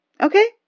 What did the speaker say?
Okay